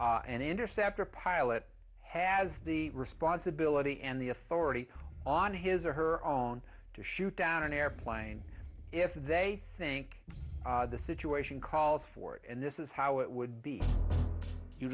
and interceptor pilot has the responsibility and the authority on his or her own to shoot down an airplane if they think the situation calls for it and this is how it would be you